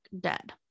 dead